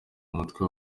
umutwe